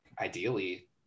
ideally